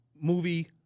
movie